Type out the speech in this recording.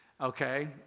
Okay